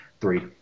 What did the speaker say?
Three